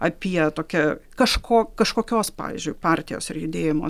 apie tokią kažko kažkokios pavyzdžiui partijos ar judėjimo